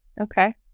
Okay